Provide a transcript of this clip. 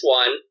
one